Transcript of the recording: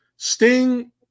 Sting